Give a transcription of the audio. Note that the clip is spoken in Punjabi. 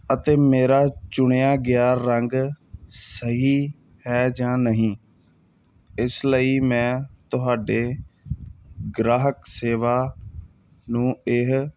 ਅਤੇ ਮੇਰਾ ਚੁਣਿਆ ਗਿਆ ਰੰਗ ਸਹੀ ਹੈ ਜਾਂ ਨਹੀਂ ਇਸ ਲਈ ਮੈਂ ਤੁਹਾਡੇ ਗ੍ਰਾਹਕ ਸੇਵਾ ਨੂੰ ਇਹ